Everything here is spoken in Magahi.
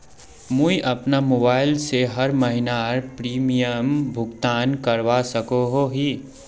मुई अपना मोबाईल से हर महीनार प्रीमियम भुगतान करवा सकोहो ही?